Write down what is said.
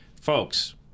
folks